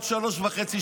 בעוד שלוש שנים וחצי.